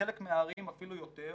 ובחלק מהערים אפילו יותר,